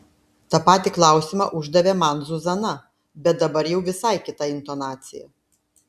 tą patį klausimą uždavė man zuzana bet dabar jau visai kita intonacija